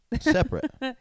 separate